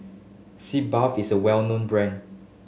Sitz Bath is a well known brand